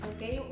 Okay